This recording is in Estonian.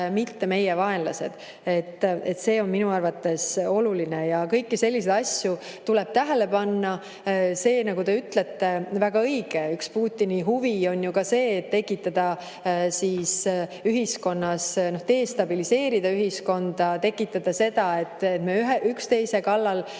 mitte meie vaenlased. See on minu arvates oluline. Kõiki selliseid asju tuleb tähele panna. See, nagu te ütlete, on väga õige, et üks Putini huvi on ju ka tekitada ühiskonnas [rahutust], destabiliseerida ühiskonda, tekitada seda, et me üksteise kallal